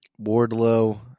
Wardlow